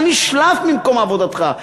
אתה נשלף ממקום עבודתך,